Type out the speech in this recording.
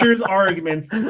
arguments